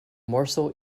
morsel